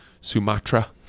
sumatra